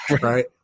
Right